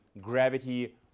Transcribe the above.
gravity